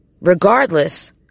regardless